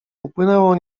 upłynęło